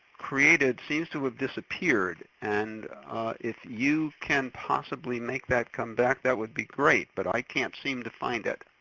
created, seems to have disappeared. and if you can possibly make that come back that would be great. but i can't seem to find it.